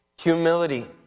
humility